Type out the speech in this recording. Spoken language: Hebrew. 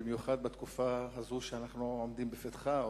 במיוחד בתקופה הזו שאנחנו עומדים בפתחה,